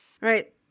Right